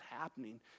happening